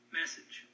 message